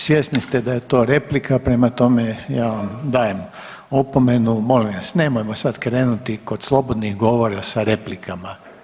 Svjesni ste da je to replika prema tome ja vam dajem opomenu, molim vas nemojmo sad krenuti kod slobodnih govora sa replikama.